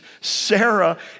Sarah